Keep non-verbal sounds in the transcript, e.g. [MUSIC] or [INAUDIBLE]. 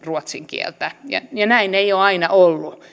ruotsin kieltä ja ja näin ei ole aina ollut [UNINTELLIGIBLE]